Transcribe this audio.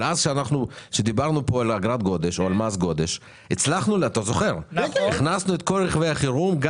אבל כשדברנו על מס הגודש הכנסנו את כל רכבי החירום פנימה,